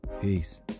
peace